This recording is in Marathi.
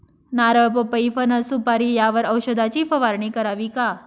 नारळ, पपई, फणस, सुपारी यावर औषधाची फवारणी करावी का?